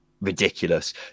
Ridiculous